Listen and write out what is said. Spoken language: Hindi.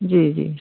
जी जी